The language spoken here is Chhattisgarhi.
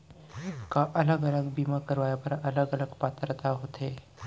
का अलग अलग बीमा कराय बर अलग अलग पात्रता होथे?